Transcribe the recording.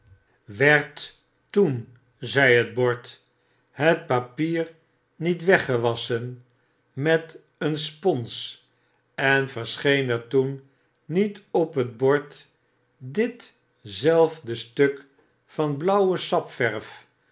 werd toen zei het bord het papier nietweg gewasschen met een spons en verscheen er toen niet op het bord dit zelfde stuk van blauwe sapverf